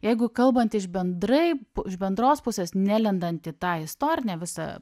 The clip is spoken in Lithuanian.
jeigu kalbant iš bendrai iš bendros pusės nelendant į tą istorinę visą